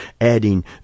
adding